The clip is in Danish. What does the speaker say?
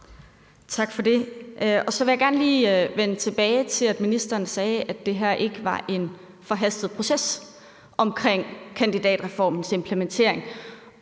Tak for det. Så vil jeg gerne lige vende tilbage til, at ministeren sagde, at det her ikke var en forhastet proces, altså omkring kandidatreformens implementering.